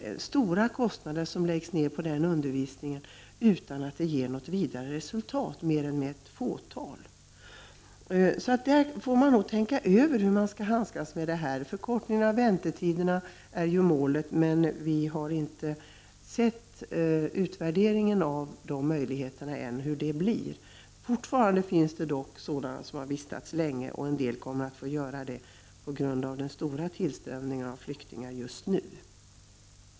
Stora summor läggs därför ner på den undervisningen utan att det ger något vidare resultat. Man får nog tänka över hur man skall handskas med detta. Målet är en förkortning av väntetiderna, men vi har inte sett utvärderingen av möjligheterna ännu. Fortfarande finns det de som har vistats länge här i landet, och en del kommer att få göra det framöver på grund av den stora tillströmningen av flyktingar just nu.